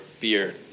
beer